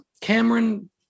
Cameron